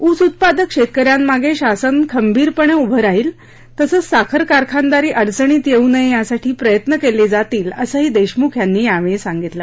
ऊस उत्पादक शेतकऱ्यांमागे शासन खंबीरपणे उभे राहील तसंच साखर कारखानदारी अडचणीत येऊ नये यासाठी प्रयत्न केले जातील असंही देशमुख यांनी यावेळी सांगितलं